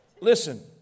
Listen